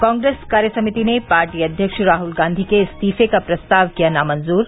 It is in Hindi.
कांग्रेस कार्य समिति ने पार्टी अध्यक्ष राहल गांधी के इस्तीफे का प्रस्ताव किया नामंजूर